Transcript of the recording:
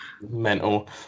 Mental